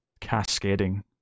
cascading